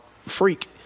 freak